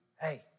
hey